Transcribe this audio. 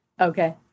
Okay